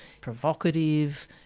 provocative